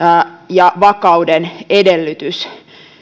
ja vakauden edellytys